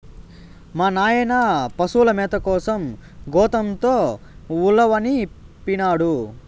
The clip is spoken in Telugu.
మా నాయన పశుల మేత కోసం గోతంతో ఉలవనిపినాడు